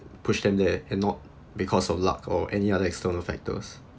push them there and not because of luck or any other external factors